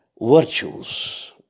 virtues